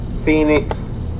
Phoenix